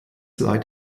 leid